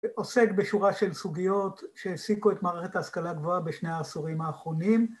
ועוסק בשורה של סוגיות שהעסיקו את מערכת ההשכלה הגבוהה בשני העשורים האחרונים